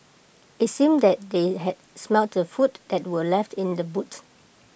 IT seemed that they had smelt the food that were left in the boot